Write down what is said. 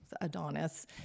Adonis